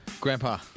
Grandpa